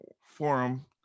forum